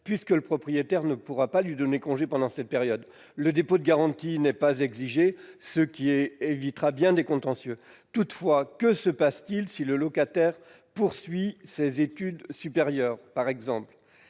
puisque le propriétaire ne pourra pas lui donner congé pendant cette période. Le dépôt de garantie n'est pas exigé, ce qui évitera bien des contentieux. Toutefois, que se passe-t-il si le locataire poursuit ses études supérieures, par exemple ?